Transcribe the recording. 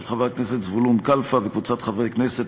של חבר הכנסת זבולון כלפה וקבוצת חברי הכנסת,